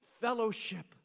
Fellowship